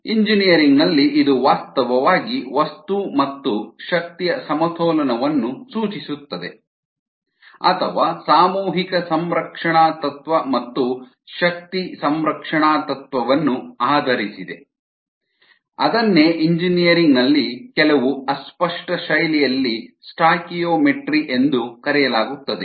engineering ನಲ್ಲಿ ಇದು ವಾಸ್ತವವಾಗಿ ವಸ್ತು ಮತ್ತು ಶಕ್ತಿಯ ಸಮತೋಲನವನ್ನು ಸೂಚಿಸುತ್ತದೆ ಅಥವಾ ಸಾಮೂಹಿಕ ಸಂರಕ್ಷಣಾ ತತ್ವ ಮತ್ತು ಶಕ್ತಿ ಸಂರಕ್ಷಣಾ ತತ್ವವನ್ನು ಆಧರಿಸಿದೆ ಅದನ್ನೇ ಎಂಜಿನಿಯರಿಂಗ್ ನಲ್ಲಿ ಕೆಲವು ಅಸ್ಪಷ್ಟ ಶೈಲಿಯಲ್ಲಿ ಸ್ಟಾಯ್ಕಿಯೋಮೆಟ್ರಿ ಎಂದು ಕರೆಯಲಾಗುತ್ತದೆ